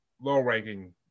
low-ranking